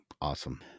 Awesome